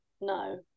No